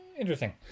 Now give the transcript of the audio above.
Interesting